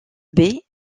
baie